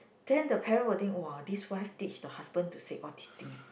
then the parent will think [wah] this wife teach the husband to said all this thing